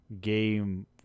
game